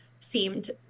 seemed